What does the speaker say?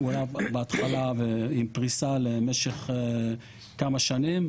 הייתה בהתחלה עם פריסה למשך כמה שנים.